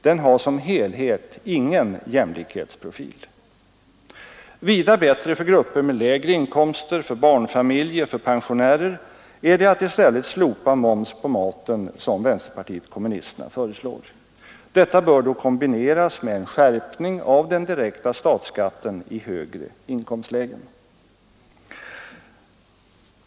Den har som helhet ingen jämlikhetsprofil. Vida bättre för grupper med lägre inkomster, för barnfamiljer, för pensionärer är det att i stället slopa moms på maten som vänsterpartiet kommunisterna föreslår. Detta bör då kombineras med en skärpning av den direkta statsskatten i högre inkomstlägen.